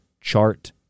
chart